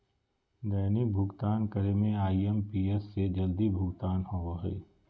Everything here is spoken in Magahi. दैनिक भुक्तान करे में आई.एम.पी.एस से जल्दी भुगतान होबो हइ